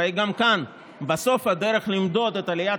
הרי גם כאן בסוף הדרך למדוד את עליית